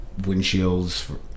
windshields